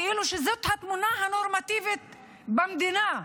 כאילו זאת התמונה הנורמטיבית במדינה,